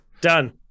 done